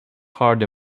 hard